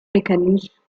mexikanischen